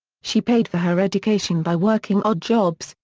she paid for her education by working odd jobs,